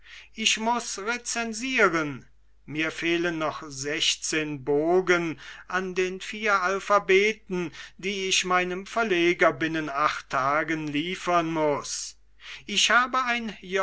ich muß recensieren mir fehlen noch sechzehn bogen an den vier alphabeten die ich meinem verleger binnen acht tagen liefern muß ich hab ein